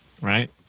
right